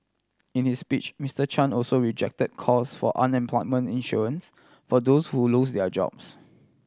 in his speech Mister Chan also rejected calls for unemployment insurance for those who lose their jobs